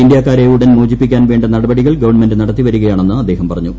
ഇന്ത്യക്കാരെ ഉടൻ മോചിപ്പിക്കാൻ വേണ്ട നടപടികൾ ഗവൺഫ്മിന്റ് ്നടത്തിവരികയാണെന്ന് അദ്ദേഹം പറഞ്ഞു